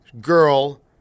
girl